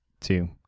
two